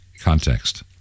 context